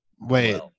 Wait